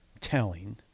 telling